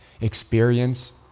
experience